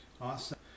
Awesome